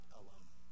alone